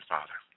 Father